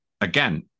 again